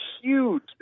huge